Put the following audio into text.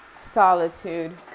solitude